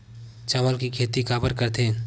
चावल के खेती काबर करथे?